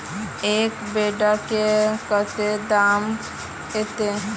एक बोड़ा में कते दाना ऐते?